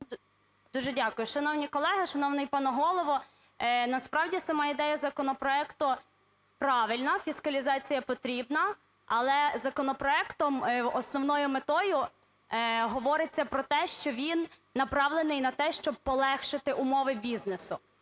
Дуже дякую. Шановні колеги, шановний пане Голово! Насправді, сама ідея законопроекту правильна, фіскалізація потрібна, але законопроектом, основною метою говориться про те, що він направлений на те, щоб полегшити умови бізнесу.